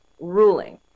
ruling